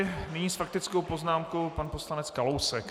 Nyní s faktickou poznámkou pan poslanec Kalousek.